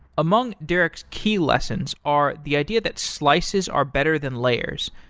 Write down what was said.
among derek's key lessons are the idea that slices are better than layers,